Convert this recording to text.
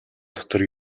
дотор